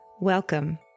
welcome